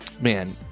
man